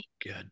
good